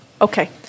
Okay